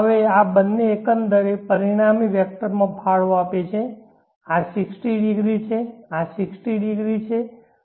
હવે આ બંને એકંદરે પરિણામી વેક્ટરમાં ફાળો આપે છે આ 60 ડિગ્રી છે આ 60 ડિગ્રી છે cos 60 0